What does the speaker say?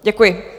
Děkuji.